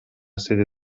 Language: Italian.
sede